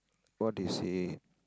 what they say